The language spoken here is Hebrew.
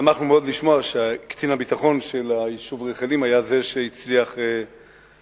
שמחנו מאוד לשמוע שקצין הביטחון של היישוב רחלים היה זה שהצליח לרדוף